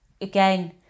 again